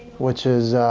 which is?